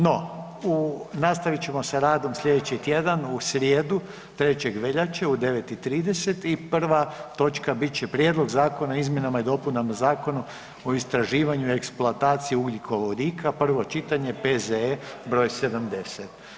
No, nastavit ćemo sa radom sljedeći tjedan u srijedu 3. Veljače u 9:30 i prva točka bit će Prijedlog zakona o izmjenama i dopunama Zakona o istraživanju i eksploataciji ugljikovodika, prvo čitanje, P.Z.E. br. 70.